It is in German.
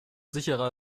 sicherer